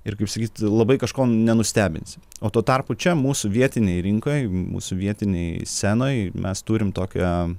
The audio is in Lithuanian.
ir kaip sakyt labai kažko nenustebinsi o tuo tarpu čia mūsų vietinėj rinkoj mūsų vietinėj scenoj mes turim tokią